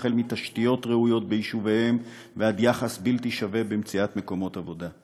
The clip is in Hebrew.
החל בתשתיות ראויות ביישוביהם ועד יחס בלתי שווה במציאת מקומות עבודה.